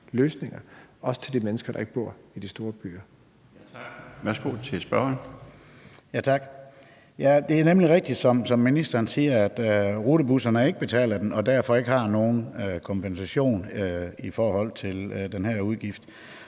Kl. 14:12 Kenneth Fredslund Petersen (DD): Tak. Ja, det er nemlig rigtigt, som ministeren siger, at rutebusserne ikke betaler det og derfor ikke har nogen kompensation i forhold til den her udgift.